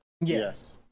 Yes